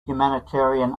humanitarian